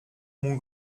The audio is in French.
mon